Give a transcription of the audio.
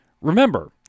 Remember